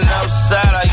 outside